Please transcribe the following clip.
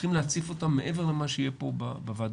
צריכים להציף אותם מעבר למה שיהיה פה בוועדה.